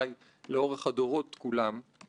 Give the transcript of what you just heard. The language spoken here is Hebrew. אזכיר רק כותרות של שני פרקים,